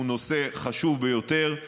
הוא נושא חשוב ביותר.